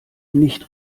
nicht